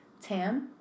Tam